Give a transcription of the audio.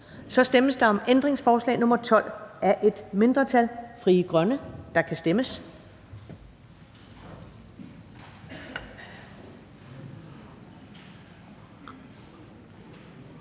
Der stemmes om ændringsforslag nr. 12 af et mindretal (FG), og der kan stemmes.